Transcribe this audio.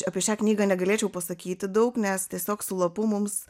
apie šią knygą negalėčiau pasakyti daug nes tiesiog su lapu mums